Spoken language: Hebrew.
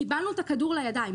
קיבלנו את הכדור לידיים,